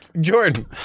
Jordan